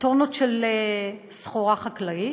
טונות של סחורה חקלאית.